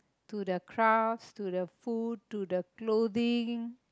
to the crafts to the food to the clothing